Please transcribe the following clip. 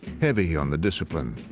heavy on the discipline